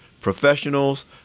professionals